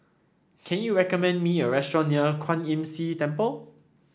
can you recommend me a restaurant near Kwan Imm See Temple